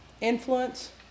Influence